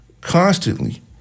constantly